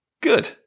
Good